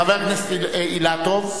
חבר הכנסת אילטוב,